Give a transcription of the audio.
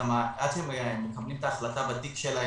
הבעיה היא לא תשלום המקדמות אלא ההחלטות בתיקים.